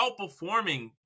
outperforming